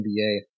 NBA